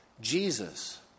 Jesus